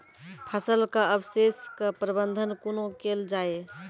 फसलक अवशेषक प्रबंधन कूना केल जाये?